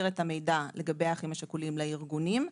את המידע לגבי האחים השכולים לארגונים,